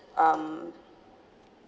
um